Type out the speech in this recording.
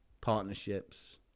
partnerships